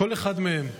כל אחד מהם מגיע,